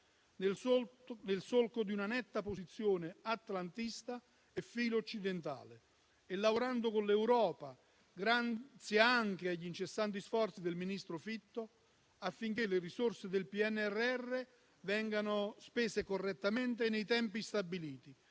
nel solco di una netta posizione atlantista e filo-occidentale e lavorando con l'Europa, grazie anche agli incessanti sforzi del ministro Fitto affinché le risorse del PNRR vengano spese correttamente e nei tempi stabiliti,